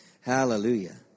Hallelujah